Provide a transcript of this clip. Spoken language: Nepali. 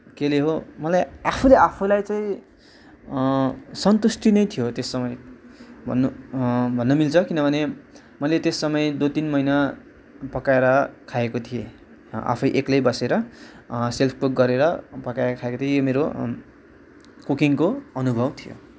केले हो मलाई आफूले आफूलाई चाहिँ सन्तुष्टि नै थियो त्यस समय भन्नु भन्नु मिल्छ किनभने मैले त्यस समय दुई तिन महिना पकाएर खाएको थिएँ आफै एक्लै बसेर सेल्फ कुक गरेर पकाएर खाएको थिएँ यो मेरो कुकिङको अनुभव थियो